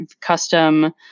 custom